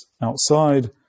outside